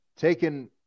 taken